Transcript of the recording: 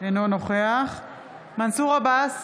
אינו נוכח מנסור עבאס,